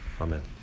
Amen